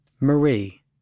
Marie